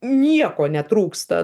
nieko netrūksta